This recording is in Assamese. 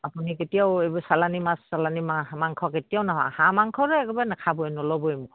আপুনি কেতিয়াও এইবোৰ চালানী মাছ চালানী মা মাংস কেতিয়াও নাখাব হাঁহ মাংস যে একেবাৰে নেখাবই নল'বই মুখত